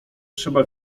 trzeba